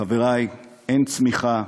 חברי, אין צמיחה,